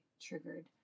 triggered